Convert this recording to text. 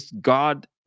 God